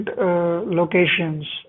locations